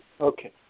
Okay